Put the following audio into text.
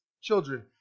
children